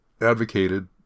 advocated